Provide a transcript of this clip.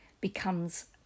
becomes